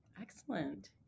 Excellent